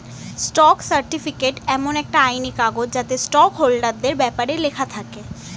stock certificate এমন একটা আইনি কাগজ যাতে স্টক হোল্ডারদের ব্যপারে লেখা থাকে